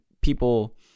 people